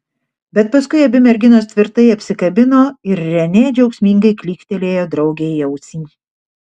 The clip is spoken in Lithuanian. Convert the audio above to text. bet paskui abi merginos tvirtai apsikabino ir renė džiaugsmingai klyktelėjo draugei į ausį